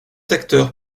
acteurs